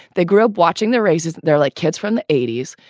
they grew up watching the races. they're like kids from the eighty s.